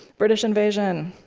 british invasion.